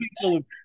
people